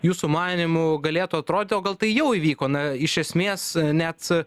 jūsų manymu galėtų atrodyt o gal tai jau įvyko na iš esmės net